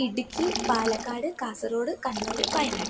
Idukki Palakkad Kasaragod Kannur Wayanad